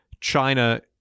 China